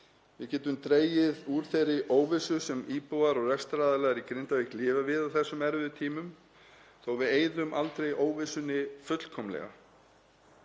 Við getum dregið úr þeirri óvissu sem íbúar og rekstraraðilar í Grindavík lifa við á þessum erfiðu tímum þó að við eyðum aldrei óvissunni fullkomlega.